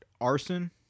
arson